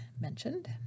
mentioned